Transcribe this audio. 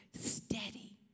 Steady